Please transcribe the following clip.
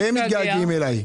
כי הם מתגעגעים אליי.